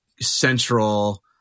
central